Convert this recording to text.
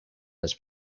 this